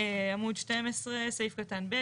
עמוד 12, סעיף קטן ב'.